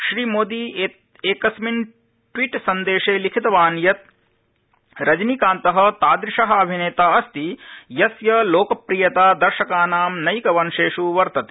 श्री मोदी एकस्मिन् ट्वीट् सन्देशे लिखितवान् यत् रजनीकान्त तादृश अभिनेताअस्तियस्य लोकप्रियता दर्शकानां नैककंशेष् वर्तते